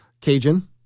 Cajun